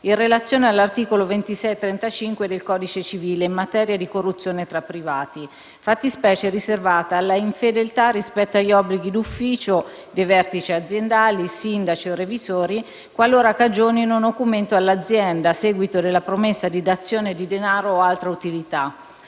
in relazione all'articolo 2635 del codice civile in materia di corruzione tra privati, fattispecie riservata alle infedeltà rispetto agli obblighi d'ufficio, dei vertici aziendali, sindaci o revisori, qualora cagionino nocumento all'azienda, a seguito della promessa o dazione di denaro o altra utilità.